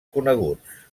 coneguts